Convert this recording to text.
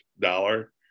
dollar